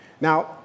Now